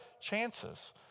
chances